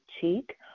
cheek